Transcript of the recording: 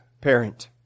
parent